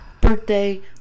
birthday